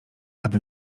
aby